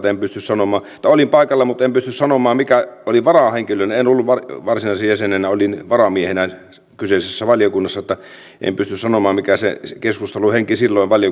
en silloin ollut paikalla tai olin paikalla olin varahenkilönä en ollut varsinaisena jäsenenä olin varamiehenä kyseisessä valiokunnassa niin että en pysty sanomaan mikä se keskustelun henki silloin valiokunnassa oli